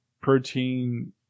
protein